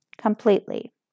completely